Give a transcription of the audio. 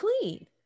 clean